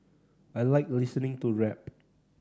I like listening to rap